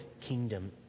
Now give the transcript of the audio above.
kingdom